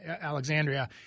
Alexandria